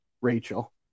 Rachel